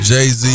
Jay-Z